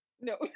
No